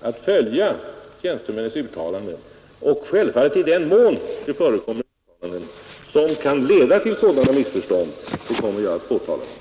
att följa tjänstemännens uttalanden. I den mån det förekommer uttalanden som kan leda till sådana missförstånd, kommer jag att påtala dem.